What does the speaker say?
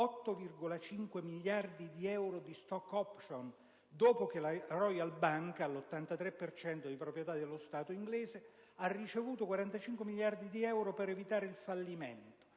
8,5 miliardi di euro di *stock option,* dopo che la Royal Bank all'83 per cento di proprietà dello Stato inglese, ha ricevuto 45 miliardi di euro per evitare il fallimento.